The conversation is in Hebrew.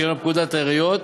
שעניינו פקודת העיריות,